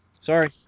Sorry